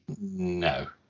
no